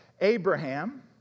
Abraham